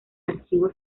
archivo